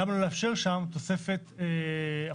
למה לא לאפשר שם תוספת תעסוקה,